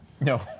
No